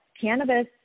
cannabis